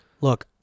Look